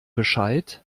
bescheid